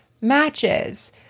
matches